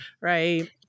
Right